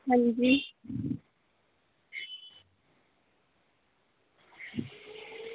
अंजी